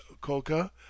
coca